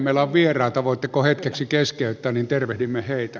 meillä on vieraita voitteko hetkeksi keskeyttää niin tervehdimme heitä